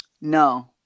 No